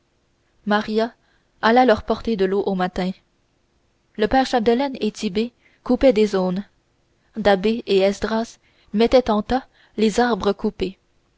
maria alla leur porter de l'eau un matin le père chapdelaine et tit'bé coupaient des aunes da'bé et esdras mettaient en tas les arbres coupés